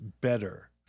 better